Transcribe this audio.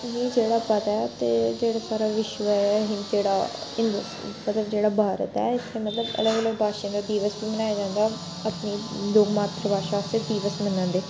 मिगी जेह्ड़ा पता ते जेह्ड़ा साढ़ा विश्व जेह्ड़ा हिन्दोस्तान मतलब जेह्ड़ा भारत ऐ इत्थैं मतलब अलग अलग भाशां दा दिवस बनाया जंदा अपनी मातृ भाशा आस्तै दिवस मनांदे